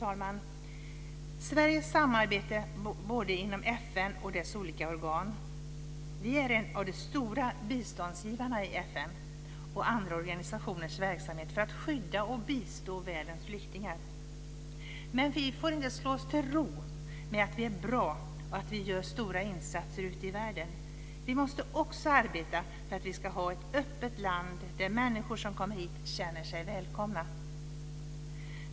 När det gäller Sveriges samarbete både inom FN och dess olika organ så är Sverige en av de stora biståndsgivarna i FN och andra organisationers verksamhet för att skydda och bistå världens flyktingar. Men vi får inte slå oss till ro med att vi är bra och att vi gör stora insatser ute i världen. Vi måste också arbeta för att vi ska ha ett öppet land där människor som kommer hit känner sig välkomna.